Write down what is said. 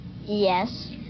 Yes